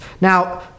now